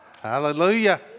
Hallelujah